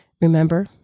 Remember